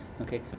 Okay